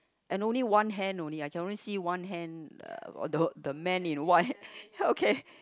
and only one hand only I can only see one hand uh the the man in white okay